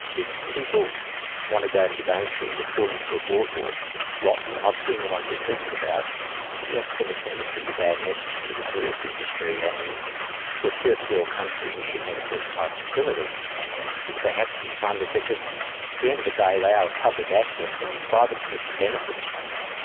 if people want to go to the daintree and they're falling through a boardwalk because it's rotten and i've seen the ones you're talking about that's going to send a pretty bad message to the tourist industry, and for a first world country we should have first-class facilities. and they have to be funded because at the end of the day they are a public asset, but the private sector benefits from that.